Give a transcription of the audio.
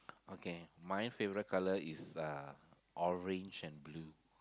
okay my favourite colour is uh orange and blue